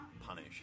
punish